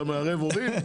אתה מערב הורים?